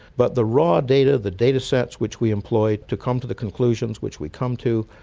but the raw data, the datasets which we employ to come to the conclusions which we come to,